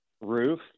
roof